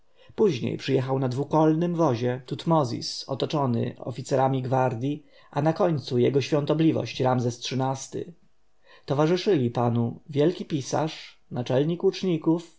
później przyjechał na dwukolnym wozie tutmozis otoczony oficerami gwardji a na końcu jego świątobliwość ramzes xiii-ty towarzyszyli panu wielki pisarz naczelnik łuczników